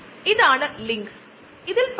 അതൊരു വലിയ plastic bag ആകാം